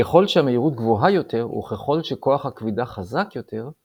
ככל שהמהירות גבוהה יותר וככל שכוח הכבידה חזק יותר,